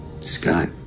Scott